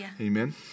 amen